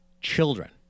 children